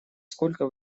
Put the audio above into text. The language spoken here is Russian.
сколько